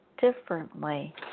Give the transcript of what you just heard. differently